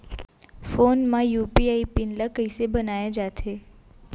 Phone म UPI PIN ल कइसे बनाये जाथे?